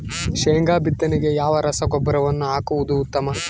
ಶೇಂಗಾ ಬಿತ್ತನೆಗೆ ಯಾವ ರಸಗೊಬ್ಬರವನ್ನು ಹಾಕುವುದು ಉತ್ತಮ?